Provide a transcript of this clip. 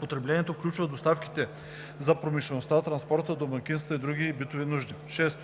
Потреблението включва доставките за промишлеността, транспорта, домакинствата и други битови нужди. 6.